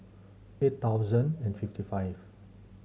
eight thousand and fifty five